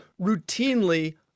routinely